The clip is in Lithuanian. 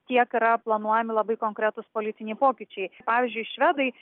tiek yra planuojami labai konkretūs politiniai pokyčiai pavyzdžiui švedai